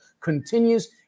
continues